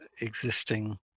existing